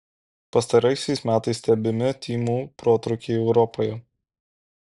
pastaraisiais metais stebimi tymų protrūkiai europoje